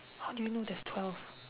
how do you know there's twelve